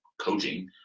coaching